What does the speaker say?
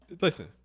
listen